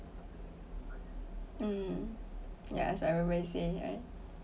um yeah as everybody say right